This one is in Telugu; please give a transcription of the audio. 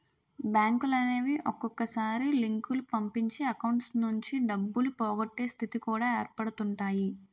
బ్యాంకులనేవి ఒక్కొక్కసారి లింకులు పంపించి అకౌంట్స్ నుంచి డబ్బులు పోగొట్టే స్థితి కూడా ఏర్పడుతుంటాయి